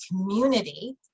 community